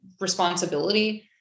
responsibility